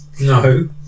no